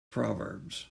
proverbs